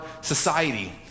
society